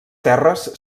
terres